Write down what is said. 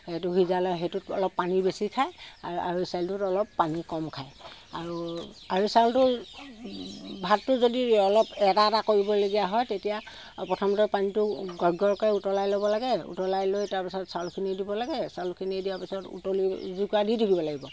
সেইটো সিজালে সেইটোত অলপ পানী বেছি খায় আঢ়ৈ চাউলটোত অলপ পানী কম খায় আৰু আঢ়ৈ চাউলটো ভাতটো যদি অলপ এটা এটা কৰিবলগীয়া হয় তেতিয়া প্ৰথমতে পানীটো গৰগৰকৈ উতলাই ল'ব লাগে উতলাই লৈ তাৰ পিছত চাউলখিনি দিব লাগে চাউলখিনি দিয়াৰ পিছত উতলি জুইকোৰা দি দিব লাগিব